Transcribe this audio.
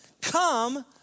come